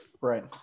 Right